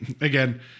again